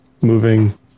moving